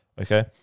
Okay